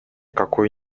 какое